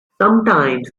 sometimes